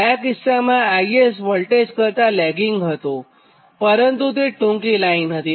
ગયા કિસ્સામાં IS current voltage Vs કરતાં લેગિંગ હતુંપરંતુ તે ટૂંકી લાઇન હતી